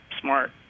smart